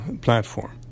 platform